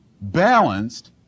balanced